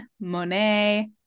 Monet